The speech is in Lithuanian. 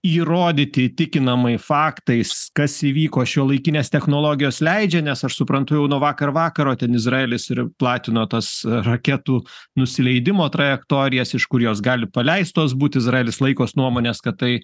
įrodyti įtikinamai faktais kas įvyko šiuolaikinės technologijos leidžia nes aš suprantu jau nuo vakar vakaro ten izraelis ir platino tas raketų nusileidimo trajektorijas iš kur jos gali paleistos būt izraelis laikos nuomonės kad tai